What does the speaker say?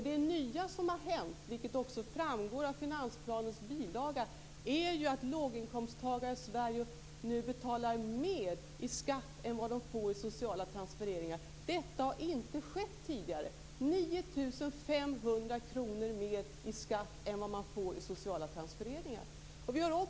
Det nya som har hänt, vilket också framgår av finansplanens bilaga, är att låginkomsttagare i Sverige nu betalar mer i skatt än vad de får i sociala transfereringar. Detta har inte skett tidigare. De betalar 9 500 kr mer i skatt än vad de får i sociala transfereringar.